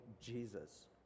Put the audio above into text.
Jesus